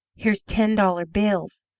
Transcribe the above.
here's ten-dollar bills!